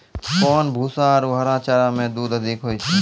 कोन भूसा आरु हरा चारा मे दूध अधिक होय छै?